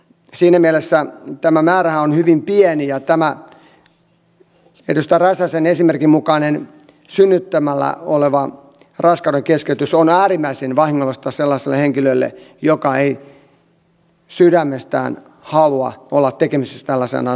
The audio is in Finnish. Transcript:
siinä mielessä tämä määrähän on hyvin pieni ja tämä edustaja räsäsen esimerkin mukainen raskaudenkeskeytys synnyttämällä on äärimmäisen vahingollista sellaiselle henkilölle joka ei sydämestään halua olla tekemisissä tällaisen asian kanssa